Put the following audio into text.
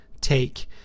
take